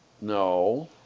No